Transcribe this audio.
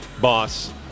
boss